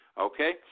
okay